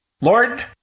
Lord